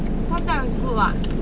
单调 is good [what]